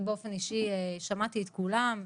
אני באופן אישי שמעתי את כולם,